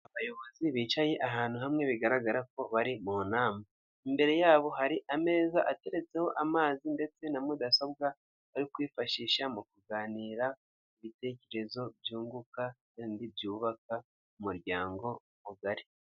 Abayobozi bicaye ahantu hamwe bigaragara ko bari mu nama, imbere yabo hari ameza ateretseho amazi ndetse na mudasobwa bari kwifashisha mu kuganira ibitekerezo byunguka kandi byubaka umuryango mugari.